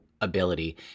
ability